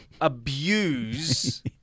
abuse